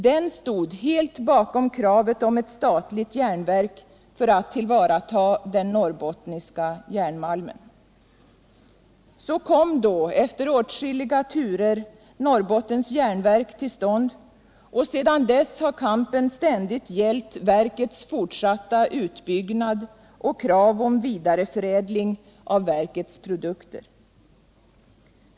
Den stod helt bakom kravet om ett statligt järnverk för att tillvarata den norrbottniska järnmalmen. Så kom då efter åtskilliga turer Norrbottens järnverk till stånd, och sedan dess har kampen ständigt gällt verkets fortsatta utbyggnad och krav om vidareförädling av verkets produkter.